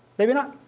maybe not.